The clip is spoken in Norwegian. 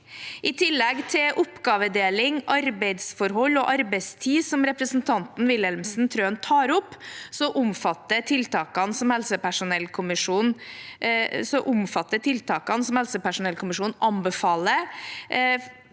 I tillegg til oppgavedeling, arbeidsforhold og arbeidstid, som representanten Trøen tar opp, omfatter tiltakene som helsepersonellkommisjonen anbefaler,